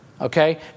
Okay